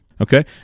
Okay